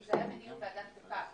זה היה בדיון בוועדת חוקה,